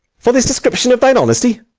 for this description of thine honesty?